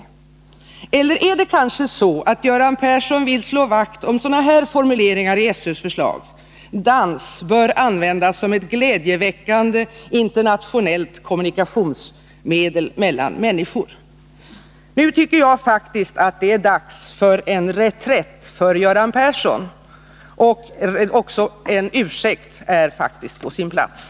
Eller är det kanske så, att Göran Persson vill slå vakt om sådana här formuleringar i SÖ:s förslag:”-—-- Dans bör användas som ett glädjeväckande internationellt kommunikationsmedel mellan människor”? Nu tycker jag faktiskt att det är dags för en reträtt för Göran Persson. Även en ursäkt är faktiskt på sin plats.